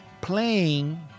playing